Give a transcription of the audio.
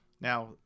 Now